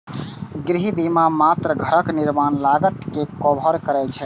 गृह बीमा मात्र घरक निर्माण लागत कें कवर करै छै